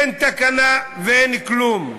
אין תקנה ואין כלום.